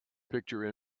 picture